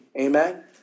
Amen